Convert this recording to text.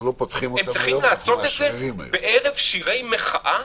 הם צריכים לעשות את זה בערב שירי מחאה?